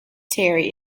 terry